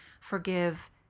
forgive